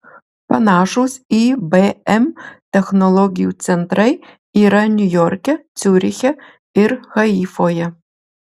panašūs ibm technologijų centrai yra niujorke ciuriche ir haifoje